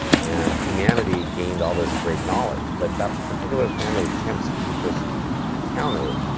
and humanity gained all this great knowledge, but that particular family of chimps that she first encountered,